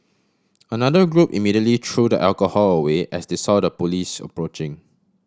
another group immediately threw the alcohol away as they saw the police approaching